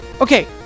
Okay